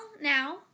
now